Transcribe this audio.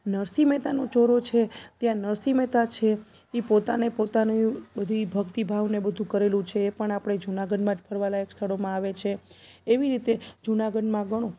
નરસિંહ મહેતાનો ચોરો છે ત્યાં નરસિંહ મહેતા છે એ પોતાને પોતાનું બધી ભક્તિભાવને બધુ કરેલું છે એ પણ આપણે જુનાગઢમાં જ ફરવાલાયક સ્થળોમાં આવે છે એવી રીતે જુનાગઢમાં ગણો